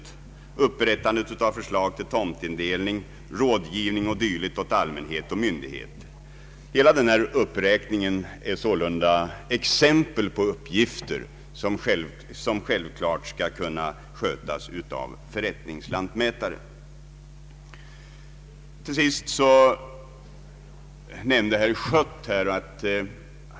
Han skall kunna vara med vid upprättandet av förslag till tomtindelning och vid rådgivning till allmänhet och myndigheter, Hela denna uppräkning är sålunda exempel på uppgifter som självfallet skall kunna skötas av förrättningslantmätaren. Till sist vill jag ta upp något som herr Schött nämnde.